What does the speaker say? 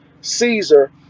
Caesar